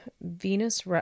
Venus